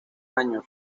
años